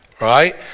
right